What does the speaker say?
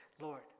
Lord